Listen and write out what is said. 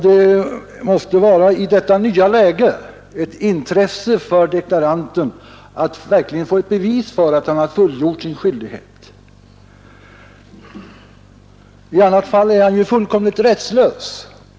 Det måste i detta nya läge vara ett intresse för deklaranten att verkligen få ett bevis för att han fullgjort sin skyldighet. I annat fall är han ju fullständigt rättslös.